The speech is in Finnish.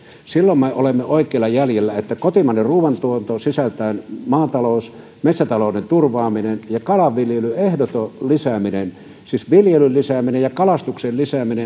silloin me olemme oikeilla jäljillä kotimainen ruuantuotanto sisältäen maatalouden ja metsätalouden turvaamisen ja kalanviljelyn ehdottoman lisäämisen siis viljelyn lisäämisen ja ammattimaisen kalastuksen lisäämisen